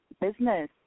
Business